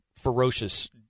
ferocious